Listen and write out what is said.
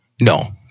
No